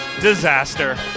Disaster